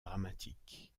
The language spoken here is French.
dramatique